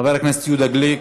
חבר הכנסת יהודה גליק,